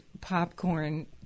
popcorn